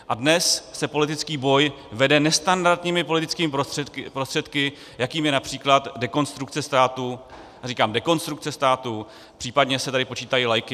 A dnes se politický boj vede nestandardními politickými prostředky, jakými je například Dekonstrukce státu, říkám Dekonstrukce státu, případně se tady počítají lajky.